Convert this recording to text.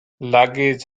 luggage